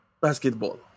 basketball